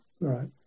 right